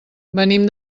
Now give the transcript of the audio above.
venim